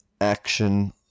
action